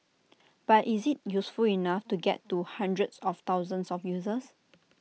but is IT useful enough to get to hundreds of thousands of users